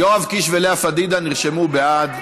יואב קיש ולאה פדידה נרשמו בעד.